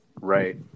Right